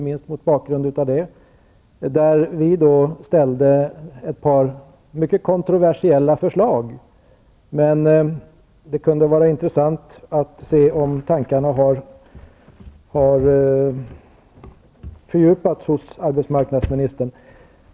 Vi lade fram ett par mycket kontroversiella förslag då. Det kunde vara intressant att se om tankarna har fördjupats hos arbetsmarknadsministern.